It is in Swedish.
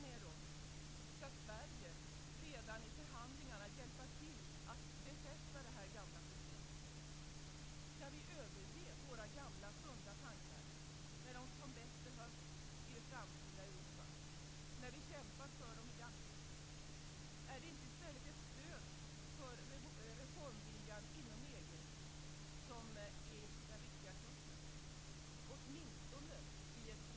Vilken risk kan det finnas, under de närmaste åren, för att man inte får tag på handelsgödselkväve på den internationella marknaden?